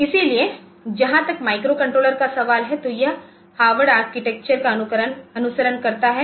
इसलिए जहां तक माइक्रोकंट्रोलर का सवाल है तो यह हार्वर्ड आर्किटेक्चर का अनुसरण करता है